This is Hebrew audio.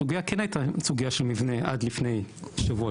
הסוגייה כן הייתה סוגייה של מבנה עד לפני שבוע-שבועיים